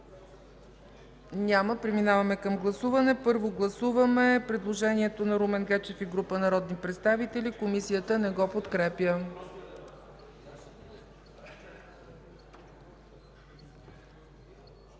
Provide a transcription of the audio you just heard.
Няма. Преминаваме към гласуване. Първо гласуваме предложението на Румен Гечев и група народни представители, Комисията не го подкрепя.